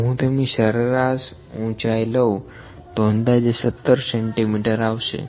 જો હું તેમની સરેરાશ લઉં તો તે અંદાજે 17 સેન્ટીમીટર આવશે